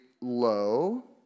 low